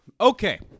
Okay